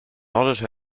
nodded